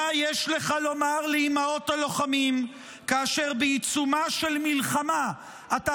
מה יש לך לומר לאימהות הלוחמים כאשר בעיצומה של מלחמה אתה